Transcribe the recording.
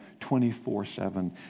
24-7